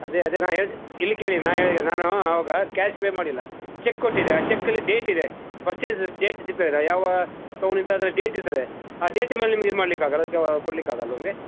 ಅದೇ ಅದೇ ನಾ ಹೇಳಿದ್ದು ಇಲ್ಲಿ ಕೇಳಿ ನಾ ಹೇಳಿದ್ ನಾನು ಆವಾಗ ಕ್ಯಾಶ್ ಪೇ ಮಾಡಿಲ್ಲ ಚೆಕ್ ಕೊಟ್ಟಿದ್ದೆ ಆ ಚೆಕ್ಕಲ್ಲಿ ಡೇಟ್ ಇದೆ ಪರ್ಚೇಸ್ ಡೇಟ್ ಸಿಗ್ತದಲ್ಲ ಯಾವಾಗ ತೊಗೊಂಡಿದ್ದು ಅದ್ರ ಡೇಟ್ ಇರ್ತದೆ ಆ ಡೇಟಿನ ಮೇಲೆ ನಿಮಗೆ ಇದು ಮಾಡ್ಲಿಕ್ಕೆ ಆಗಲ್ವಾ ನೀವು ಕೊಡ್ಲಿಕ್ಕೆ ಆಗಲ್ವಾ ನಿಮಗೆ